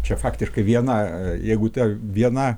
čia faktiškai viena jeigu ten viena